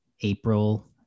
April